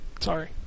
Sorry